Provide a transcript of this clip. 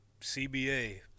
CBA